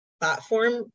platform